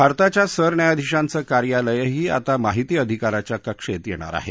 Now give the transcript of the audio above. भारताच्या सरन्यायाधीशांचं कार्यालयही आता माहिती अधिकाराच्या कक्षेत येणार आहे